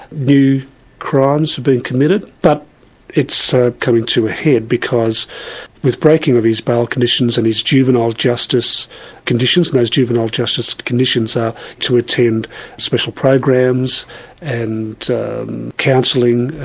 new crimes have been committed, but it's ah coming to a head, because with breaking of his bail conditions and his juvenile justice conditions, most juvenile justice conditions are to attend special programs and counselling, ah